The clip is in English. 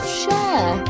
share